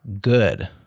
good